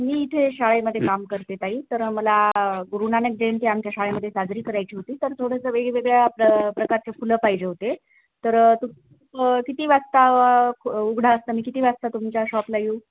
मी इथे शाळेमध्ये काम करते ताई तर मला गुरु नानक जयंती आमच्या शाळेमध्येे साजरी करायची होती तर थोडंसं वेगवेगळ्या प्र प्रकारचे फुलं पाहिजे होते तर तू किती वाजता उघड असता मी किती वाजता तुमच्या शॉपला येऊ